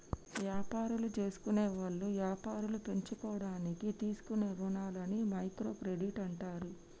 యాపారాలు జేసుకునేవాళ్ళు యాపారాలు పెంచుకోడానికి తీసుకునే రుణాలని మైక్రో క్రెడిట్ అంటారు